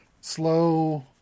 slow